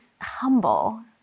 humble